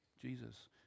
Jesus